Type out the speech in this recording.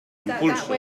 impulso